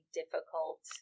difficult